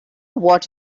what